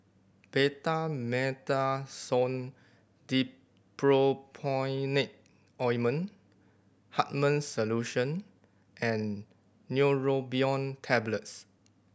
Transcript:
Betamethasone Dipropionate Ointment Hartman's Solution and Neurobion Tablets